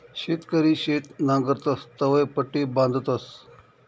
शेतकरी शेत नांगरतस तवंय पट्टी बांधतस